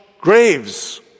graves